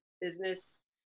business